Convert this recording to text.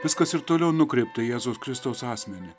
viskas ir toliau nukreipta į jėzaus kristaus asmenį